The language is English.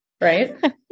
right